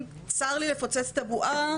צר לי לפוצץ לו את הבועה.